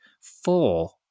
Four